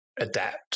adapt